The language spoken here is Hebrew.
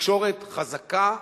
בתקשורת חזקה,